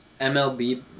MLB